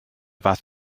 fath